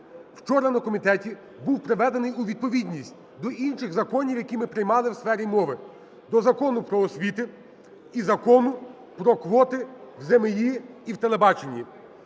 вчора на комітету був приведений у відповідність до інших законів, які ми приймали у сфері мови, до Закону "Про освіту" і Закону про квоти в ЗМІ і в телебаченні.